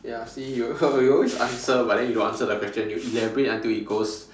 ya see you you always answer but then you don't answer the question you elaborate until it goes